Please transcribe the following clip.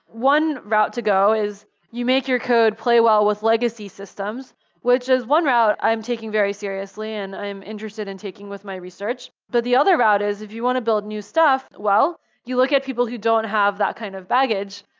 one route to go is you make your code play with legacy systems which is one route i'm taking very seriously and i'm interested in taking with my research. but the other route is if you want to build new stuff, you look at people who don't have that kind of baggage.